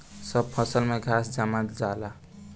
सब फसल में घास जाम जाला